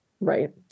Right